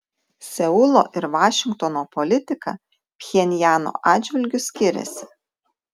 seulo ir vašingtono politika pchenjano atžvilgiu skiriasi